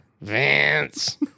Vance